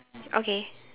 okay